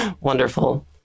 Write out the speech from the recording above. Wonderful